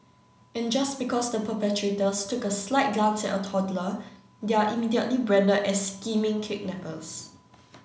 and just because the perpetrators took a slight glance at a toddler they are immediately branded as scheming kidnappers